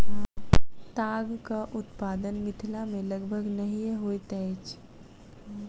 तागक उत्पादन मिथिला मे लगभग नहिये होइत अछि